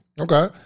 Okay